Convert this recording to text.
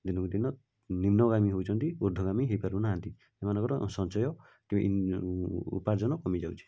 ଦିନକୁ ଦିନ ନିମ୍ନଗାମୀ ହେଉଛନ୍ତି ଉର୍ଦ୍ଦ୍ୱଗାମୀ ହୋଇପାରୁନାହାନ୍ତି ସେମାନଙ୍କର ସଞ୍ଚୟ ଉପାର୍ଜନ କମିଯାଉଛି